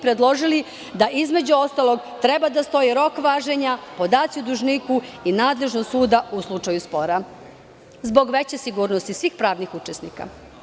Predložili smo da treba da stoji rok važenja, podaci o dužniku i nadležnost suda u slučaju spora zbog veće sigurnosti svih pravnih učesnika.